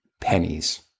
pennies